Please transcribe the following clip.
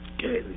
Okay